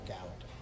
out